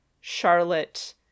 Charlotte